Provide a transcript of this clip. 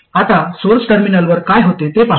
आता सोर्स टर्मिनलवर काय होते ते पाहू